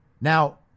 Now